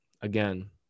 again